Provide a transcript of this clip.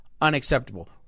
unacceptable